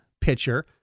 pitcher